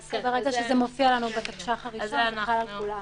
למעשה ברגע שזה מופיע בתקש"ח הראשון זה חל על כולם.